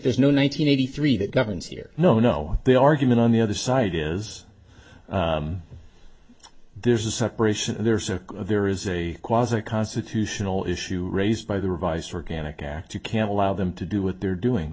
there's no one nine hundred eighty three that governs here no no the argument on the other side is there's a separation there's a there is a cause a constitutional issue raised by the revised organic act you can't allow them to do what they're doing